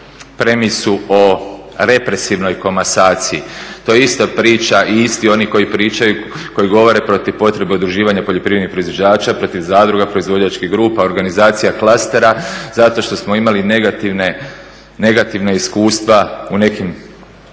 premisu o represivnoj komasaciji. To je ista priča i isti oni koji pričaju, koji govore protiv potrebe udruživanja poljoprivrednih proizvođača, protiv zadruga, proizvođačkih grupa, organizacija, klastera zato što smo imali negativna iskustva u nekim